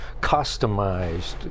customized